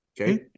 okay